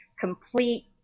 complete